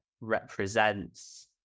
represents